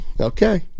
Okay